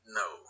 no